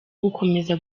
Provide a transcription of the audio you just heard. gukomeza